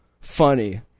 funny